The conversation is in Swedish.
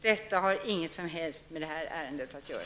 Detta har inget som helst med det här ärendet att göra.